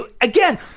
again